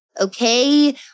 Okay